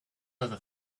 other